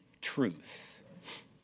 truth